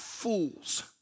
Fools